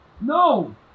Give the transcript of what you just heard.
No